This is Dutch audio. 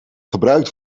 gebruikt